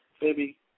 Baby